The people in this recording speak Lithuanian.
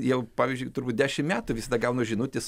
jau pavyzdžiui turbūt dešim metų visada gaunu žinutes